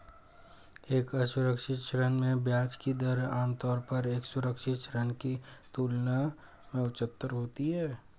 एक असुरक्षित ऋण में ब्याज की दर आमतौर पर एक सुरक्षित ऋण की तुलना में उच्चतर होती है?